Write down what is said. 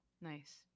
Nice